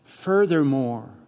Furthermore